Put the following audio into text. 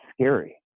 scary